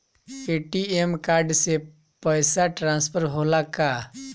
ATM card से पैसा transfer होला का?